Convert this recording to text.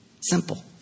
Simple